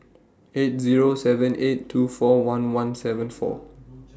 eight Zero seven eight two four one one seven four